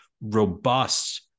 robust